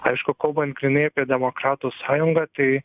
aišku kalbant grynai apie demokratų sąjungą tai